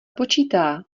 počítá